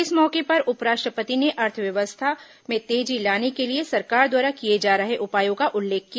इस मौके पर उपराष्ट्रपति ने अर्थव्यवस्था में तेजी लाने के लिए सरकार द्वारा किए जा रहे उपायों का उल्लेख किया